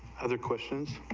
other questions